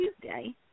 Tuesday